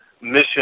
mission